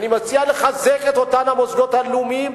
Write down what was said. אני מציע לחזק את אותם מוסדות לאומיים,